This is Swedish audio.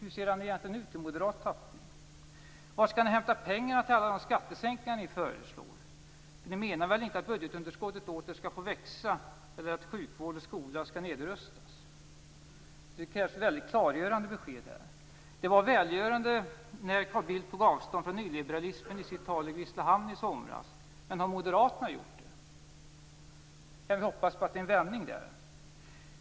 Hur ser den egentligen ut i moderat tappning? Var skall ni hämta pengarna till alla skattesänkningar som ni föreslår? Det krävs klargörande besked. Det var välgörande att Carl Bildt i somras i sitt tal i Grisslehamn tog avstånd från nyliberalismen. Men har Moderaterna gjort det?